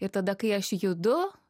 ir tada kai aš judu